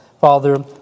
Father